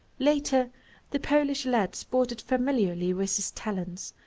later the polish lad sported familiarly with his talents,